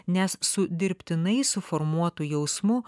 nes su dirbtinai suformuotu jausmu